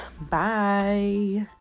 Bye